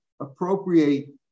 Appropriate